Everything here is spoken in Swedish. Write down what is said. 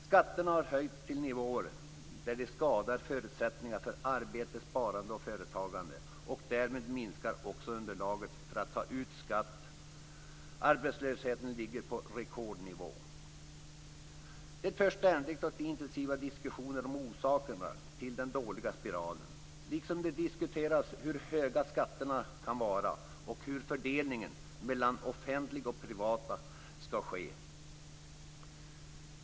Skatterna har höjts till nivåer där de skadar förutsättningar för arbete, sparande och företagande, och därmed minskar också underlaget för att ta ut skatt. Arbetslösheten ligger på rekordnivå. Det förs ständiga och intensiva diskussioner om orsakerna till den dåliga spiralen, liksom det diskuteras hur höga skatterna kan vara och hur fördelningen mellan offentligt och privat skall se ut.